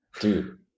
Dude